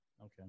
Okay